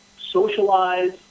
socialize